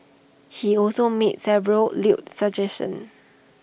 he also made several lewd suggestions